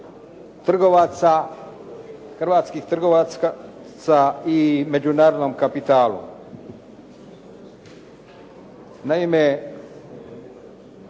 hrvatskih trgovaca i međunarodnom kapitalu. Naime,